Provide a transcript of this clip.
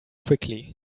quickly